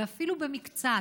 ואפילו במקצת,